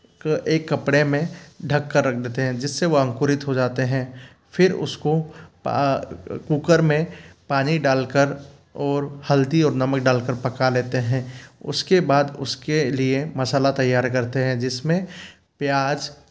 एक कपड़े में ढक कर रख देते हैं जिससे वह अंकुरित हो जाते हैं फ़िर उसको कुकर में पानी डाल कर और हल्दी और नमक डालकर पका लेते हैं उसके बाद उसके लिए मसाला तैयार करते हैं जिसमें प्याज